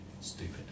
stupid